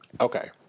okay